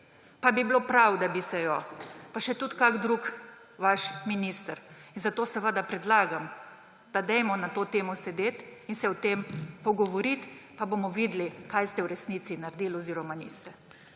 pa bi bilo prav, da bi se je; pa še tudi kakšen drug vaš minister. Zato seveda predlagam, da dajmo na to temo sedeti in se o tem pogovoriti, pa bomo videli, kaj ste v resnici naredili oziroma česa